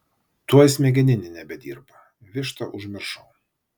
tuoj smegeninė nebedirba vištą užmiršau